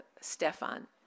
Stefan